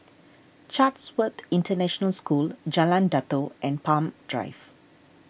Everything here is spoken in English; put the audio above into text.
Chatsworth International School Jalan Datoh and Palm Drive